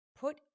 put